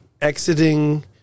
exiting